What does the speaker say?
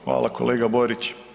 Hvala kolega Borić.